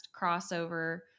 crossover